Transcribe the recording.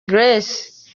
grace